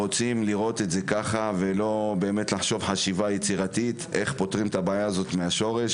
רוצים לראות את זה ככה ולא לחשוב יצירתית איך פותרים את הבעיה מהשורש,